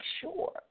sure